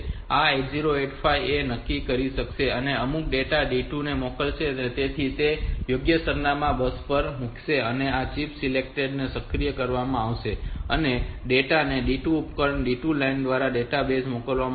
તેથી આ 8085 પ્રોસેસર એ નક્કી કરી શકે છે અને અમુક ડેટા D2 ને મોકલશે તેથી તે યોગ્ય સરનામાંને બસ માં મૂકશે અને આ ચિપ સિલેક્ટ ને સક્રિય કરવામાં આવશે અને ડેટા ને D2 ઉપકરણમાં D2 લાઇન દ્વારા ડેટાબેઝ માં મોકલવામાં આવશે